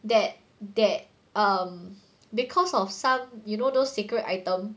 that that um because of some you know those secret item